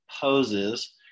poses